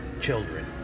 children